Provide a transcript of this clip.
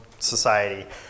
Society